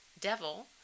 devil